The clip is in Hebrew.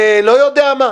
הם נותנים להם תקווה.